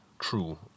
true